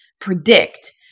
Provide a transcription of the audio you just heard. predict